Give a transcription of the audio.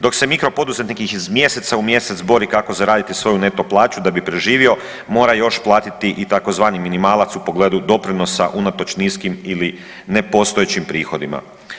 Dok se mikropoduzetnik iz mjeseca u mjesec bori kako zaraditi svoju neto plaću da bi preživio mora još platiti i tzv. minimalac u pogledu doprinosa unatoč niskim ili nepostojećim prihodima.